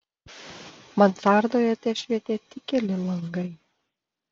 mansardoje tešvietė tik keli langai